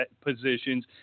positions